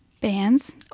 bands